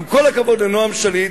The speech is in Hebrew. עם כל הכבוד לנועם שליט,